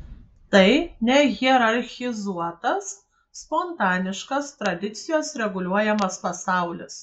tai nehierarchizuotas spontaniškas tradicijos reguliuojamas pasaulis